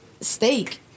steak